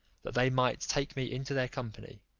that they might take me into their company.